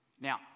Now